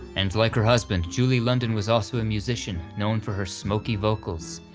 and like her husband, julie london was also a musician known for her smoky vocals,